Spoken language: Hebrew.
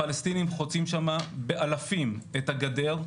הפלסטינים חוצים שם באלפים את הגדר,